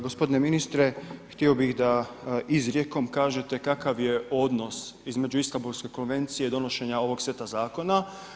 G. ministre htio bih da izrijekom kažete kakav je odnos između Istanbulske konvencije i donošenja ovog seta zakona.